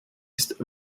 ist